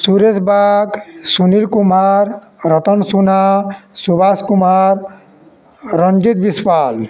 Suresh Bag Sunil Kumar Ratan Suna Subhash Kumar Ranjit Biswal